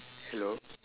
hello